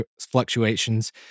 fluctuations